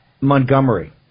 Montgomery